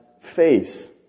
face